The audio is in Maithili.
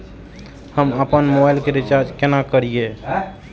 हम आपन मोबाइल के रिचार्ज केना करिए?